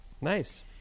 Nice